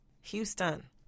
Houston